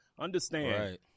Understand